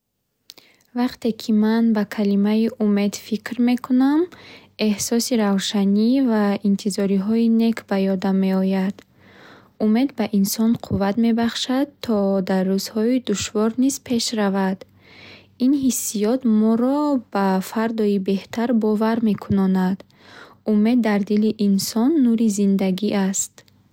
Вақте ки ман ба калимаи умед фикр мекунам, эҳсоси равшанӣ ва интизориҳои нек ба ёдам меояд. Умед ба инсон қувват мебахшад, то дар рӯзҳои душвор низ пеш равад. Ин ҳиссиёт моро ба фардои беҳтар бовар мекунонад. Умед дар дили инсон нури зиндагӣ аст.